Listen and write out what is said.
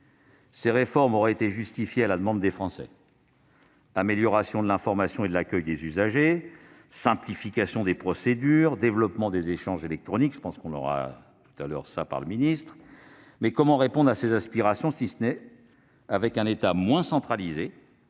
Ces réformes auraient été justifiées par la demande des Français : amélioration de l'information et de l'accueil des usagers, simplification des procédures, développement des échanges électroniques- je pense que M. le secrétaire d'État en parlera -, mais comment répondre à ces aspirations si ce n'est avec un État moins centralisé,